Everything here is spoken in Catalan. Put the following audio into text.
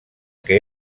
que